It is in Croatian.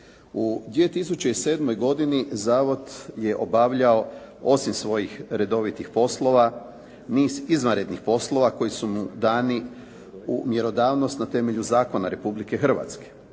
U 2007. godini zavod je obavljao osim svojih redovitih poslova niz izvanrednih poslova koji su mu dani u mjerodavnost na temelju zakona Republike Hrvatske.